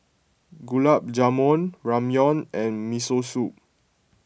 Gulab Jamun Ramyeon and Miso Soup